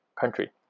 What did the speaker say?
country